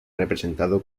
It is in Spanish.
representado